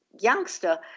youngster